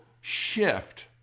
shift